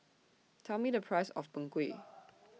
Tell Me The Price of Png Kueh